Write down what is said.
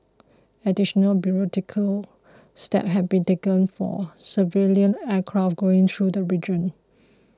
additional bureaucratic steps have to be taken for civilian aircraft going through the region